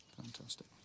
Fantastic